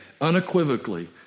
unequivocally